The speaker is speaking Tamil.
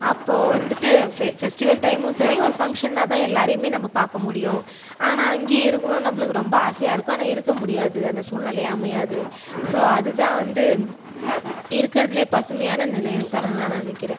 அப்போது வந்துட்டு ஃபெ ஃபெஸ்டிவல் டைம்மும் சரி ஒரு ஃபங்ஷனாதான் எல்லோரையுமே நம்ப பார்க்க முடியும் ஆனால் அங்கேயே இருக்கணும்னு நம்பளுக்கு ரொம்ப ஆசையாயிருக்கும் ஆனால் இருக்க முடியாது அந்த சூழ்நிலை அமையாது ஸோ அதுதான் வந்து இருக்கிறதிலையே பசுமையான நினைவுகள் நான் நினைக்கிறேன்